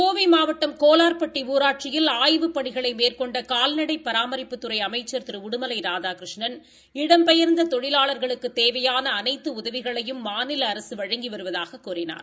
கோவை மாவடடம் கோலா்பட்டி ஊராட்சியில் ஆய்வுப் பணிகளை மேற்கொண்ட கால்நடை பராமிப்புத்துறை அமைசள் திரு உடுமலை ராதாகிருஷ்ணன் இடம்பெயாந்த தொழிவாளா்களுக்கு தேவையான அனைத்து உதவிகளையும் மாநில அரசு வழங்கி வருவதாகக் கூறினார்